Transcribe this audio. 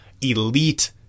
elite